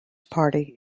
party